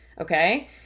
Okay